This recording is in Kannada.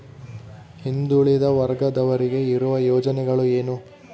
ಹಿಂದುಳಿದ ವರ್ಗದವರಿಗೆ ಇರುವ ಯೋಜನೆಗಳು ಏನು?